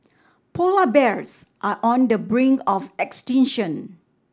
polar bears are on the brink of extinction